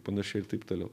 panašiai ir taip toliau